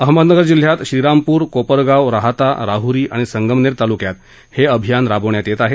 अहमदनगर जिल्ह्यात श्रीरामपूर कोपरगाव राहाता राहुरी आणि संगमनेर तालुक्यात हे अभियान राबविण्यात येत आहे